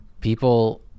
people